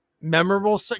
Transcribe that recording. memorable